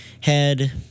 head